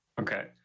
okay